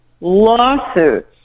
lawsuits